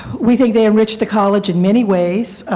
we think they enrich the college in many ways.